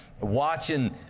watching